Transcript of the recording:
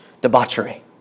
debauchery